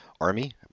army